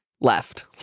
left